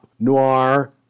noir